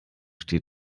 steht